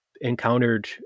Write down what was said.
encountered